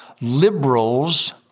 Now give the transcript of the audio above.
liberals